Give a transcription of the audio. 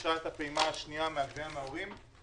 הפעימה השנייה של הגביה מההורים.